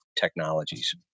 technologies